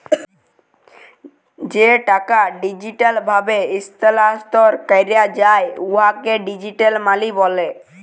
যে টাকা ডিজিটাল ভাবে ইস্থালাল্তর ক্যরা যায় উয়াকে ডিজিটাল মালি ব্যলে